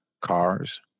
cars